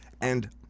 And-